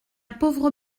pauvre